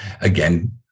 again